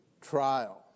trial